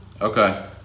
Okay